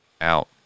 out